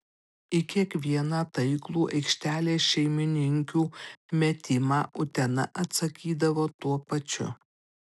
į kiekvieną taiklų aikštelės šeimininkių metimą utena atsakydavo tuo pačiu